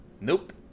nope